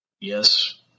Yes